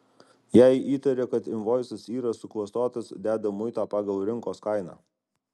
jei įtaria kad invoisas yra suklastotas deda muitą pagal rinkos kainą